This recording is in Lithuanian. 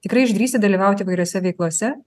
tikrai išdrįsti dalyvauti įvairiose veiklose